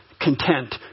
content